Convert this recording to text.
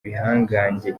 bihangange